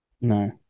No